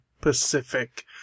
Pacific